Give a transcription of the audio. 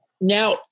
now